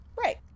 Right